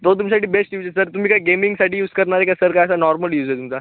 तो तुमच्यासाठी best use आहे सर तुम्ही काय गेमिंगसाठी यूज करणार आहे का सर का असा नॉर्मल यूज आहे तुमचा